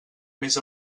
més